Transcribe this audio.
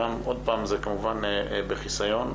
כמובן שזה בחיסיון.